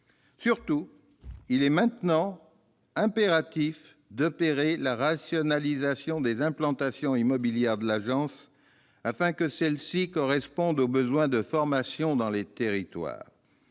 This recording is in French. Surtout, il est maintenant impératif d'opérer la rationalisation des implantations immobilières de l'Agence, afin que celles-ci correspondent aux besoins de formation dans les territoires.